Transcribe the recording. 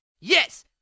Yes